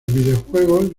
videojuegos